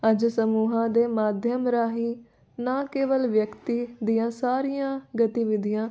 ਅੱਜ ਸਮੂਹਾਂ ਦੇ ਮਾਧਿਅਮ ਰਾਹੀਂ ਨਾ ਕੇਵਲ ਵਿਅਕਤੀ ਦੀਆਂ ਸਾਰੀਆਂ ਗਤੀਵਿਧੀਆਂ